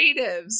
creatives